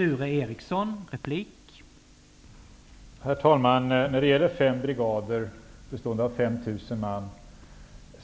Herr talman! Antalet soldater i fem brigader bestående av 5 000 man